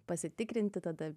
pasitikrinti tada